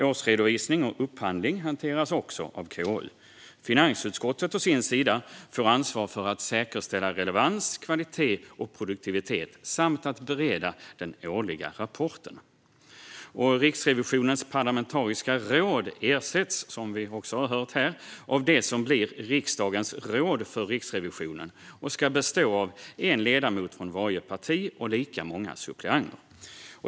Årsredovisning och upphandling hanteras också av KU. Finansutskottet å sin sida får ansvar för att säkerställa relevans, kvalitet och produktivitet samt att bereda den årliga rapporten. Riksrevisionens parlamentariska råd ersätts, som vi också har hört här, av det som blir riksdagens råd för Riksrevisionen och som ska bestå av en ledamot från varje parti och lika många suppleanter.